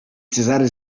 cezary